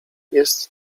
jest